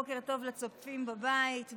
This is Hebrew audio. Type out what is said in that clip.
בוקר טוב לצופים בבית,